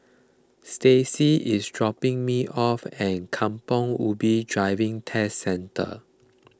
Staci is dropping me off at Kampong Ubi Driving Test Centre